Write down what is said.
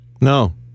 No